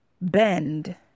bend